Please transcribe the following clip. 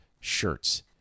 shirts